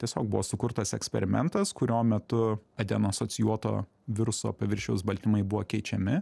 tiesiog buvo sukurtas eksperimentas kurio metu adeno asocijuoto viruso paviršiaus baltymai buvo keičiami